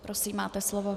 Prosím, máte slovo.